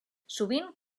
sovint